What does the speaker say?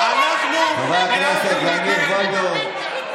חברי הכנסת, להנמיך ווליום, להירגע.